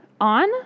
on